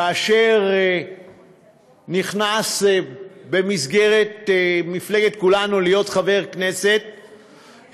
כאשר נכנס במסגרת מפלגת כולנו להיות חבר כנסת,